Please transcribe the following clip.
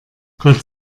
gott